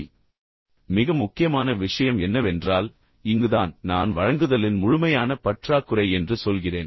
இப்போது நீங்கள் தெரிந்து கொள்ள வேண்டிய மிக முக்கியமான விஷயம் என்னவென்றால் இங்குதான் நான் வழங்குதலின் முழுமையான பற்றாக்குறை என்று சொல்கிறேன்